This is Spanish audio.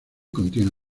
contiene